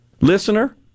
listener